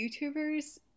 YouTubers